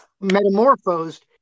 metamorphosed